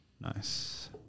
Nice